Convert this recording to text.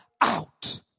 out